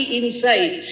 inside